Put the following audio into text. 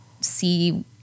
see